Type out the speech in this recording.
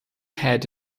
had